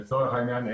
לצורך העניין,